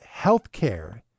healthcare